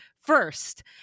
first